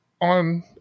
on